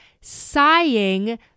sighing